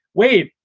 wait.